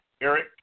Eric